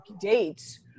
dates